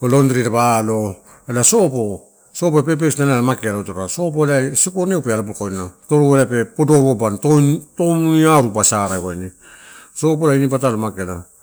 londiri dapa alo ela sopo. Sopo purpose na mageala tara sopo elai sikoneu pa alobokoina, toru e pe podoaru abani toui touinaru pa saraia waini, sopo ai ini patalo mageala.